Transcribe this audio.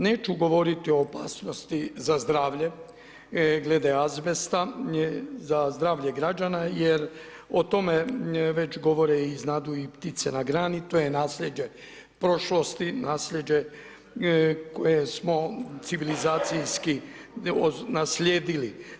Neću govoriti o opasnosti za zdravlje glede azbesta, za zdravlje građana, jer o tome već govore i znadu i ptice na grani, to je nasljeđe prošlosti, nasljeđe koje smo civilizacijski naslijedili.